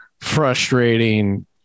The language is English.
frustrating